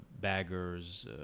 baggers